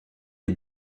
des